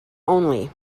only